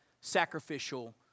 sacrificial